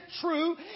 true